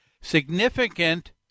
significant